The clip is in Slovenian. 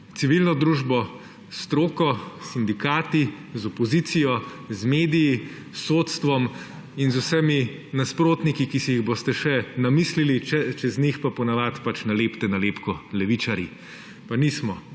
civilno družbo, s stroko, s sindikati, z opozicijo, z mediji, s sodstvom in z vsemi nasprotniki, ki si jih boste še namislili, čez njih pa po navadi pač nalepite nalepko levičarji. Pa nismo.